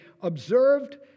observed